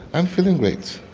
i'm feeling great.